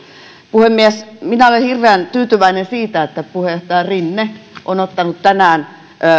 puhemies minä olen hirveän tyytyväinen siitä että puheenjohtaja rinne on ottanut tänään